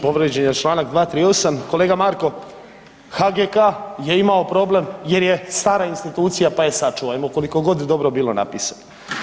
Povrijeđen je Članak 238., kolega Marko HGK je imao problem jer je stara institucija pa je sačuvajmo koliko god dobro bilo napisano.